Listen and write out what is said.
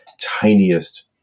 tiniest